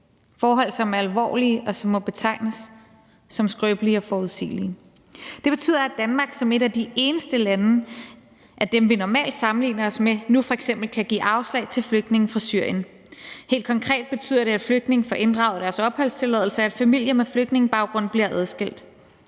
forhold, som er alvorlige, og som må betegnes som skrøbelige og uforudsigelige. Det betyder, at Danmark som et af de eneste af de lande, vi normalt sammenligner os med, nu f.eks. kan give afslag til flygtninge fra Syrien. Helt konkret betyder det, at flygtninge får inddraget deres opholdstilladelse, at familier med flygtningebaggrund bliver adskilt.